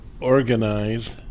organized